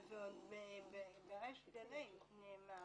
ועוד בריש גלי נאמר.